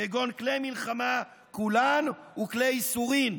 כגון כלי מלחמה כולן וכלי יסורין,